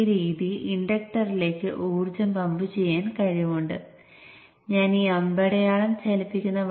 ഈ രീതിയിൽ കറന്റ് ഒഴുകുകയും ചെയ്യും